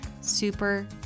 Super